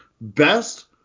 best